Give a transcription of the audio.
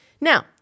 Now